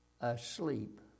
asleep